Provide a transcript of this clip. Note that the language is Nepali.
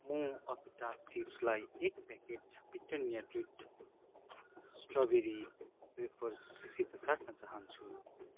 म अप्पिटास चिप्सलाई एक प्याकेट ब्रिटानिया ट्रिट स्ट्रबेरी वेफर्ससित साट्न चाहन्छु